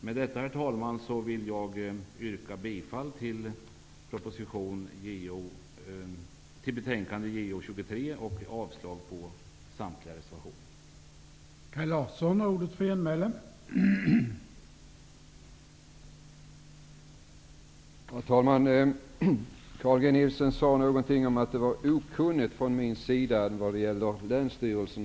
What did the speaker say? Med detta, herr talman, vill jag yrka bifall till hemställan i betänkande JoU23 och avslag på samtliga reservationer.